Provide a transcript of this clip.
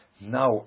now